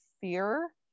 fear